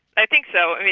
i think so.